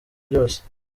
byose